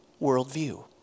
worldview